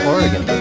Oregon